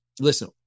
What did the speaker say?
Listen